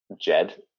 Jed